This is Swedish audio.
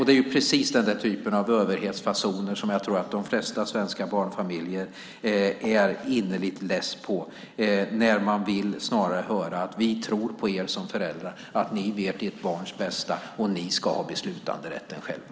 Det är precis den typ av överhetsfasoner som jag tror att de flesta svenska barnfamiljer är innerligt less på. Man vill snarare höra att vi tror på er som föräldrar, vi tror att ni vet ert barns bästa och ni ska ha beslutanderätten själva.